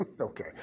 Okay